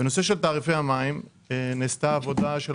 בנושא של תעריפי המים נעשתה עבודה לפני